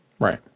Right